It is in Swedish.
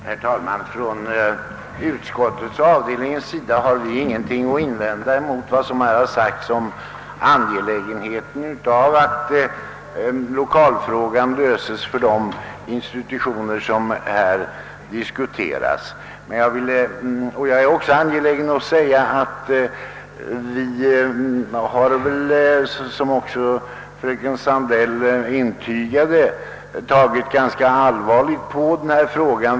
Herr talman! Från utskottets och :avdelningens sida har vi ingenting att invända mot vad som här sagts om angelägenheten av att lokalproblemet löses för de institutioner som nu diskuteras. Jag är också angelägen om att säga att inom utskottet har vi såsom fröken Sandell antydde tagit ganska allvarligt på denna fråga.